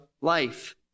life